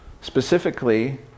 Specifically